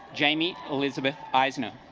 jamie elizabeth eisner